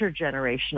intergenerational